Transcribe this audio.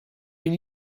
been